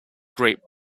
great